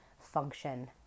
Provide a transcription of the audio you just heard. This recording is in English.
function